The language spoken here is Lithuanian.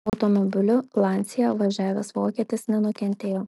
automobiliu lancia važiavęs vokietis nenukentėjo